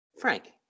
Frank